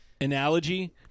analogy